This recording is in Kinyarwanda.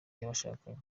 y’abashakanye